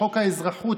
חוק האזרחות,